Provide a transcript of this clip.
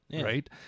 right